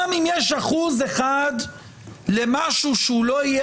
גם אם יש אחוז אחד למשהו שהוא לא יהיה